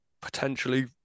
potentially